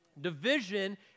Division